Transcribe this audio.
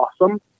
awesome